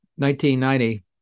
1990